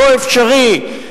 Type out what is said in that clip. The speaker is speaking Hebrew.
לא אפשרי,